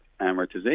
amortization